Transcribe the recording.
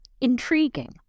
Intriguing